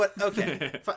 Okay